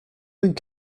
going